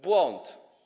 Błąd.